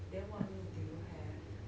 then what meat do you have